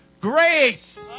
Grace